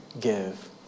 give